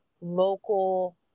local